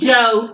Joe